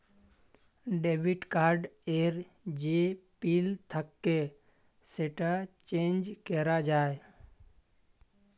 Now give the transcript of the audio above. debit card এর যে PIN থাক্যে সেটা চেঞ্জ ক্যরা যায়